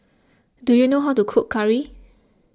do you know how to cook Curry